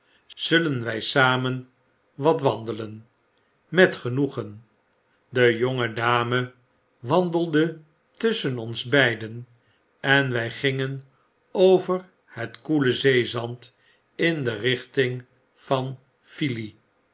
zullen wy samen wat wandelen met genoegen de jonge dame wandelde tusschen ons beiden en wy gingen over het koele zee zand in de richting van filey